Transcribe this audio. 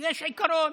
יש עיקרון